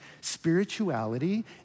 spirituality